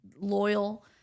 loyal